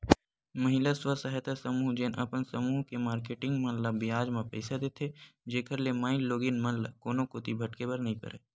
महिला स्व सहायता समूह जेन अपन समूह के मारकेटिंग मन ल बियाज म पइसा देथे, जेखर ले माईलोगिन मन ल कोनो कोती भटके बर नइ परय